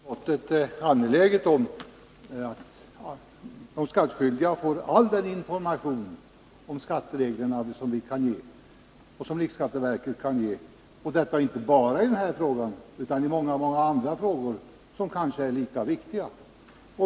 Herr talman! Det är självklart att utskottet är angeläget om att de skattskyldiga får all den information om skattereglerna som vi och riksskatteverket kan ge — inte bara i den här frågan utan också i många andra frågor som kanske är lika viktiga.